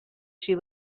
she